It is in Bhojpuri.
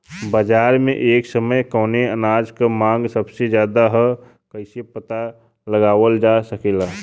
बाजार में एक समय कवने अनाज क मांग सबसे ज्यादा ह कइसे पता लगावल जा सकेला?